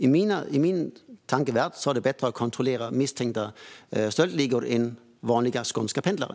I min tankevärld är det bättre att kontrollera misstänkta stöldligor än vanliga skånska pendlare.